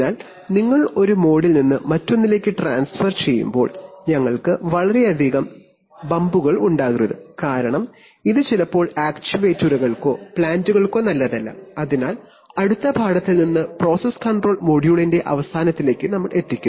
അതിനാൽ ഒരു മോഡിൽ നിന്ന് മറ്റൊന്നിലേക്ക് ട്രാൻസ്ഫർ ചെയ്യുമ്പോൾ ഞങ്ങൾക്ക് വളരെയധികം വളരെയധികം ബമ്പുകൾ ഉണ്ടാകരുത് കാരണം ഇത് ചിലപ്പോൾ ആക്യുവേറ്ററുകൾക്കോ പ്ലാന്റുകൾക്കോ നല്ലതല്ല പ്രോസസ്സ് കൺട്രോൾ മൊഡ്യൂളിന്റെ അവസാനത്തിലേക്ക് നാം എത്തി